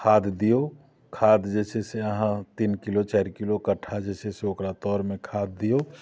खाद दियौ खाद जे छै से अहाँ तीन किलो चारि किलो कट्ठा जे छै से ओकरा तऽरमे खाद दियौ